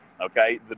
okay